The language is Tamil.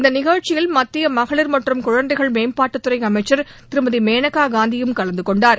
இந்த நிகழ்ச்சியில் மத்திய மகளிர் மற்றும் குழந்தைகள் மேம்பாட்டுத் துறை அமைச்சள் திருமதி மேனகா காந்தியும் கலந்தகொண்டார்